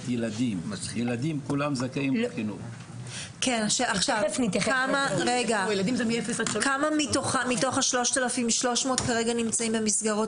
18. כמה מתוך ה-3,300 נמצאים כרגע במסגרות